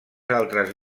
altres